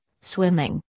swimming